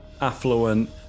affluent